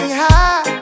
high